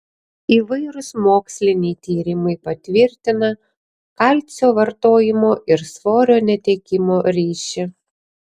įvairūs moksliniai tyrimai patvirtina kalcio vartojimo ir svorio netekimo ryšį